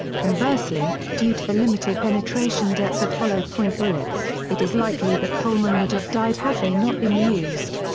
conversely, due to the limited penetration depth of hollow point bullets, it is likely that colman would have died had they not been used.